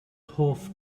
hoff